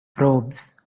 probes